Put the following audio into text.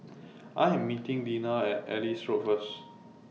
I Am meeting Dinah At Ellis Road First